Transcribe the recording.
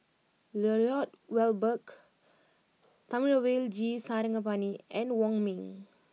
Lloyd Valberg Thamizhavel G Sarangapani and Wong Ming